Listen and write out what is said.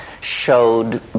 showed